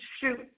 shoot